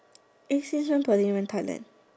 eh since when Pearlyn went Thailand